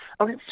Okay